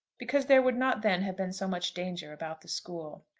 because there would not then have been so much danger about the school.